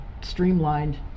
streamlined